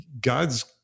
God's